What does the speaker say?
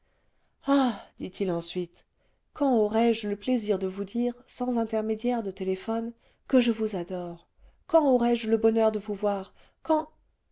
ah dit-il ensuite quand aurai-je loplaisir de vous dire sans intermédiaire de téléphone que je vous adore quand aurai-je le bonheur de vous voir quand